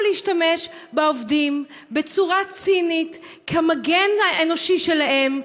להשתמש בעובדים בצורה צינית כמגן האנושי שלהם,